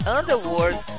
Underworld